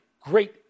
great